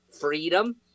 freedom